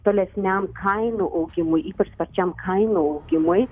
tolesniam kainų augimui ypač sparčiam kainų augimui